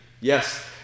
Yes